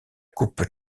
coupe